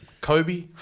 Kobe